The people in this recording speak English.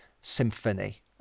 symphony